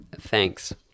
thanks